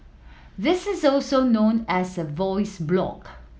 this is also known as a voice blog